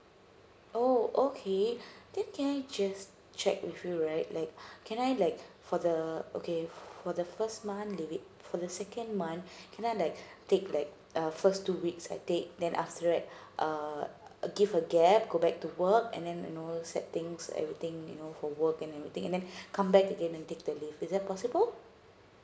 oh okay then can I just check with you right like can I like for the okay for the first month leave it for the second month can I like take like uh first two weeks I take then after that uh give a gap go back to work and then and all set things everything you know for work and everything and then come back again and take the leave is that possible